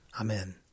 Amen